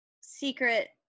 secret